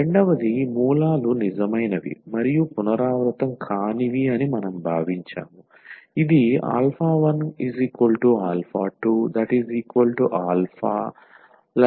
రెండవది మూలాలు నిజమైనవి మరియు పునరావృతం కానివి అని మనం భావించాము ఇది 12α34n